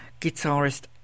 guitarist